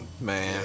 Man